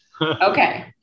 Okay